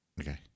Okay